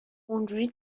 اونجوری